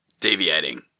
Deviating